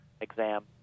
exam